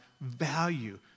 value